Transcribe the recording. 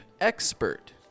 expert